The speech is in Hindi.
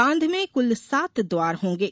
बाँध में कुल सात द्वार होंगे